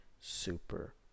super